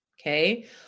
okay